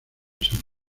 san